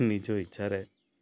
ନିଜ ଇଚ୍ଛାରେ